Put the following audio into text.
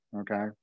Okay